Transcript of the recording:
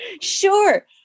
sure